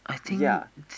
ya